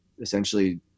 essentially